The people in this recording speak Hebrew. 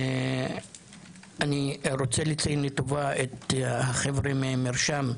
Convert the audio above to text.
אני רוצה לציין לטובה את החבר'ה מ"מרשם",